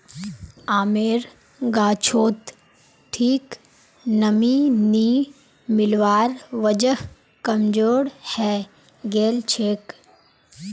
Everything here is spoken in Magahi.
आमेर गाछोत ठीक नमीं नी मिलवार वजह कमजोर हैं गेलछेक